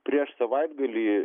prieš savaitgalį